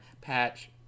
Patch